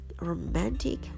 romantic